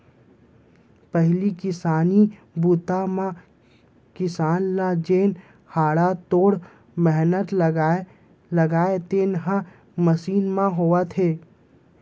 पहिली किसानी बूता म किसान ल जेन हाड़ा तोड़ मेहनत लागय तेन ह मसीन म होवत हे